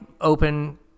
open